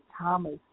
Thomas